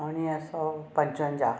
उणवीह सौ पंजवंहाह